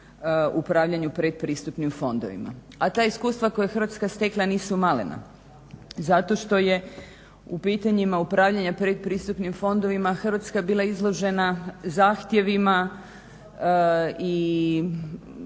u upravljanju pretpristupnim fondovima. A ta iskustva koja je Hrvatska stekla nisu malena. Zato što je u pitanjima upravljanjima pretpristupnim fondovima Hrvatska bila izložena zahtjevima i